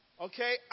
Okay